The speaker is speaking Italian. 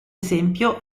esempio